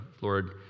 Lord